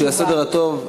בשביל הסדר הטוב,